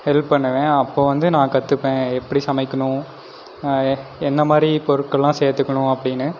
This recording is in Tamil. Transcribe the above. ஹெல்ப் பண்ணுவேன் அப்போ வந்து நான் கத்துப்பேன் எப்படி சமைக்கணும் என்னமாதிரி பொருட்கள்லாம் சேர்த்துக்கணும் அப்படின்னு